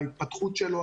ההתפתחות שלו,